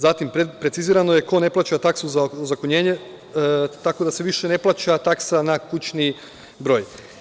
Zatim, precizirano je ko ne plaća taksu za ozakonjenje, tako da se više ne plaća taksa na kućni broj.